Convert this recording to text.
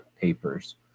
papers